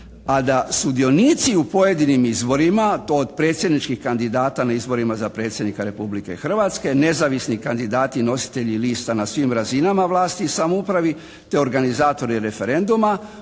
a da sudionici u pojedinim izvorima to od predsjedničkih kandidata na izborima za Predsjednika Republike Hrvatske nezavisni kandidati i nositelji lista na svim razinama vlasti i samoupravi te organizatori referenduma